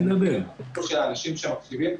את התסכול של האנשים שמקשיבים,